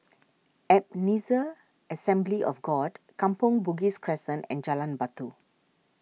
Ebenezer Assembly of God Kampong Bugis Crescent and Jalan Batu